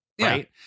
Right